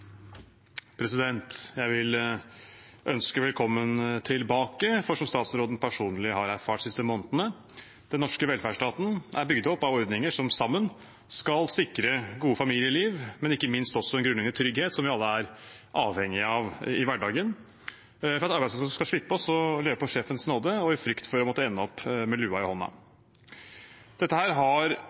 ferdig. Jeg vil ønske velkommen tilbake, for som statsråden personlig har erfart de siste månedene, er den norske velferdsstaten bygd opp av ordninger som sammen skal sikre gode familieliv, men ikke minst også en grunnleggende trygghet, som vi alle er avhengig av i hverdagen, for at arbeidsfolk skal slippe å leve på sjefens nåde og i frykt for å måtte ende opp med lua i hånden. Dette har